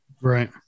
right